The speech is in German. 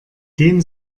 dem